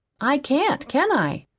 i can't, can i?